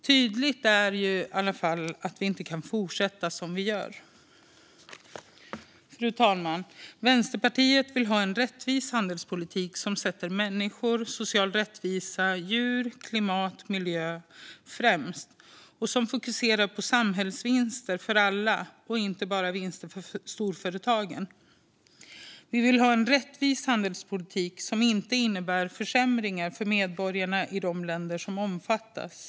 Tydligt är i alla fall att vi inte kan fortsätta som vi gör. Fru talman! Vänsterpartiet vill ha en rättvis handelspolitik som sätter människor, social rättvisa, djur, klimat och miljö främst och som fokuserar på samhällsvinster för alla och inte bara vinster för storföretag. Vi vill ha en rättvis handelspolitik som inte innebär försämringar för medborgarna i de länder som omfattas.